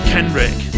Kendrick